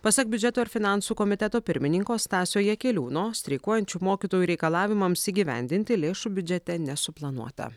pasak biudžeto ir finansų komiteto pirmininko stasio jakeliūno streikuojančių mokytojų reikalavimams įgyvendinti lėšų biudžete nesuplanuota